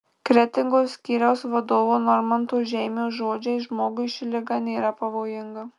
kretingos skyriaus vadovo normanto žeimio žodžiais žmogui ši liga nėra pavojinga